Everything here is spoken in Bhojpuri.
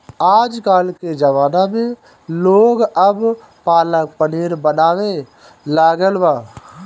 आजकल के ज़माना में लोग अब पालक पनीर बनावे लागल बा